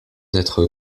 d’être